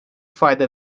fayda